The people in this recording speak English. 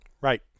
Right